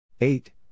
Eight